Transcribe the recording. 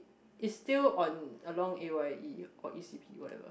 it's still on along a_y_e or e_c_p whatever